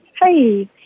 Hi